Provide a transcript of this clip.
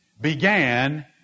began